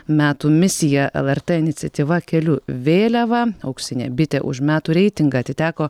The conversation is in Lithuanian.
metų misija lrt iniciatyva keliu vėliavą auksinė bitė už metų reitingą atiteko